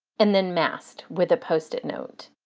and then masked with a post-it note.